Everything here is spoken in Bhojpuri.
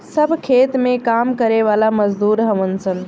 सब खेत में काम करे वाला मजदूर हउवन सन